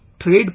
trade